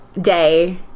day